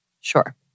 Sure